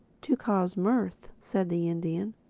to cause mirth, said the indian.